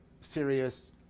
serious